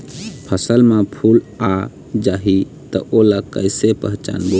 फसल म फूल आ जाही त ओला कइसे पहचानबो?